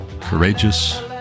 Courageous